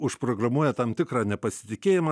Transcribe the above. užprogramuoja tam tikrą nepasitikėjimą